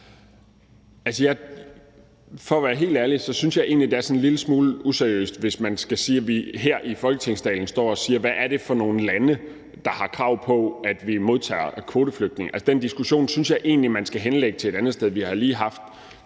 For at være helt ærlig synes jeg egentlig, det er en lille smule useriøst, hvis vi her i Folketingssalen skal stå og sige, hvad det er for nogle lande, der har krav på, at vi modtager kvoteflygtninge. Den diskussion synes jeg egentlig man skal henlægge til et andet sted. I Yemen har